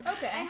Okay